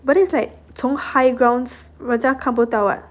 but it's like 从 high grounds 人家看不到 [what]